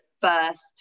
first